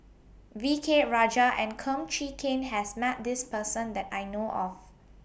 V K Rajah and Kum Chee Kin has Met This Person that I know of